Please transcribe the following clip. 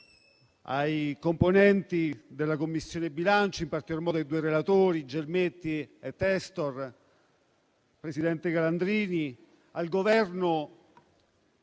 ai componenti della Commissione bilancio, in particolar modo ai due relatori, senatori Gelmetti e Testor, al presidente Calandrini e al Governo.